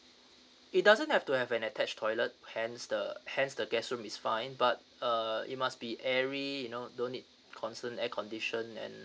it doesn't have to have an attached toilet hence the hence the guest room is fine but uh it must be airy you know don't need concern air condition and